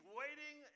waiting